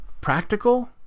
Practical